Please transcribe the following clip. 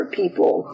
people